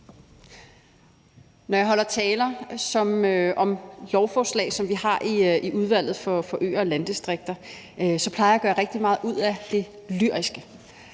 Når jeg holder taler om lovforslag, som vi har i Udvalget for Landdistrikter og Øer, så plejer jeg at gøre rigtig meget ud af det lyriske,